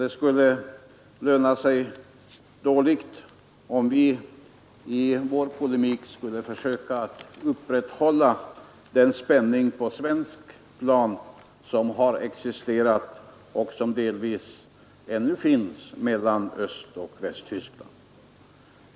Det skulle löna sig dåligt om vi i vår polemik skulle försöka att upprätthålla den spänning på svenskt plan som har existerat och som delvis ännu finns mellan Östoch Västtyskland.